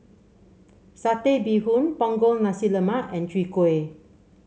Satay Bee Hoon Punggol Nasi Lemak and Chwee Kueh